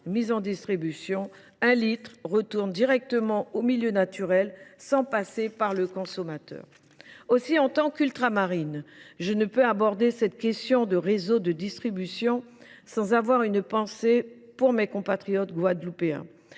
mis en distribution, un litre retourne directement au milieu naturel sans passer par le consommateur. Aussi, en tant qu’Ultramarine, ne puis je aborder cette question des réseaux de distribution sans avoir une pensée pour mes compatriotes guadeloupéens.